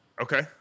Okay